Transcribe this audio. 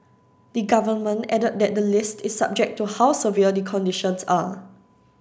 the Government added that the list is subject to how severe the conditions are